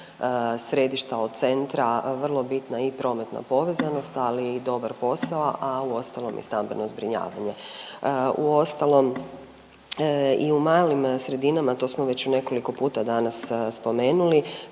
središta, od centra, vrlo bitna i prometna povezanost, ali i dobar posao, a uostalom i stambeno zbrinjavanje. Uostalom, i u malim sredinama, to smo već i nekoliko puta danas spomenuli